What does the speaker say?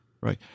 Right